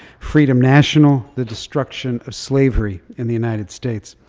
freedom national the destruction of slavery in the united states.